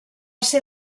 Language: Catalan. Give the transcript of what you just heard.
ser